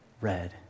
red